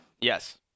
yes